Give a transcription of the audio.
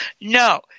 No